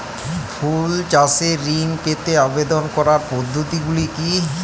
ফুল চাষে ঋণ পেতে আবেদন করার পদ্ধতিগুলি কী?